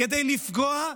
כדי לפגוע,